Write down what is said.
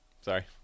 Sorry